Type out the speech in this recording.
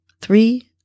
three